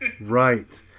right